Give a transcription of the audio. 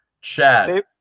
Chad